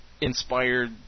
inspired